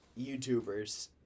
YouTubers